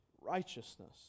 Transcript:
righteousness